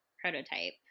prototype